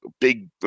big